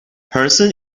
person